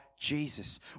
Jesus